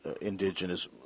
indigenous